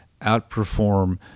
outperform